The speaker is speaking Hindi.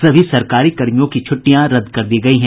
सभी सरकारी कर्मियों की छुट्टियां रद्द कर दी गयी हैं